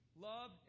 love